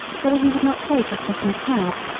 whether he would not take a second cab.